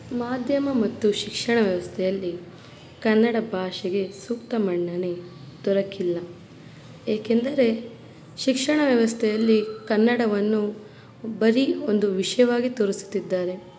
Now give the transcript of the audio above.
ಮಾಧ್ಯಮ ಮತ್ತು ಶಿಕ್ಷಣ ವ್ಯವಸ್ಥೆಯಲ್ಲಿ ಕನ್ನಡ ಭಾಷೆಗೆ ಸೂಕ್ತ ಮನ್ನಣೆ ದೊರಕಿಲ್ಲ ಏಕೆಂದರೆ ಶಿಕ್ಷಣ ವ್ಯವಸ್ಥೆಯಲ್ಲಿ ಕನ್ನಡವನ್ನು ಬರೀ ಒಂದು ವಿಷಯವಾಗಿ ತೋರಿಸುತ್ತಿದ್ದಾರೆ